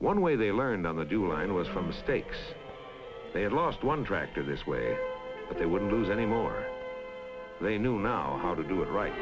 one way they learned on the do line was from mistakes they had lost one tractor this way they wouldn't lose any more they knew now how to do it right